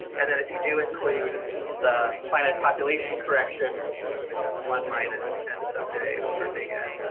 and then if you do include the finite population correction one minus and someday over they get